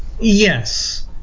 Yes